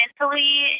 mentally